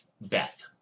Beth